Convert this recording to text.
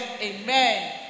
Amen